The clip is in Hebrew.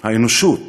האנושות